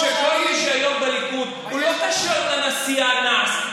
משום שכל מי שהיום בליכוד לא קשור לנשיא האנס,